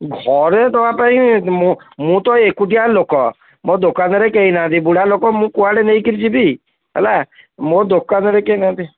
ଘରେ ଦେବା ପାଇଁ ମୁଁ ମୁଁ ତ ଏକୁଟିଆ ଲୋକ ମୋ ଦୋକାନରେ କେହି ନାହାନ୍ତି ବୁଢ଼ା ଲୋକ ମୁଁ କୁଆଡ଼େ ନେଇକରି ଯିବି ହେଲା ମୋ ଦୋକାନରେ କେହି ନାହାନ୍ତି